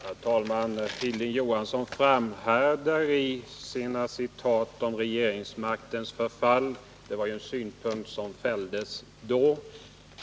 Herr talman! Hilding Johansson framhärdar i sina citat om regeringsmaktens förfall. Det var ju en synpunkt som blev vederlagd.